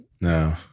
No